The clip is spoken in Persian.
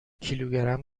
کیلوگرم